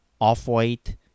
off-white